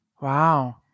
Wow